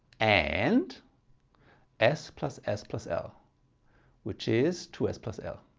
and s plus s plus l which is two s plus l.